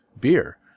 beer